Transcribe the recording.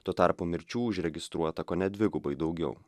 tuo tarpu mirčių užregistruota kone dvigubai daugiau